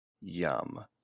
Yum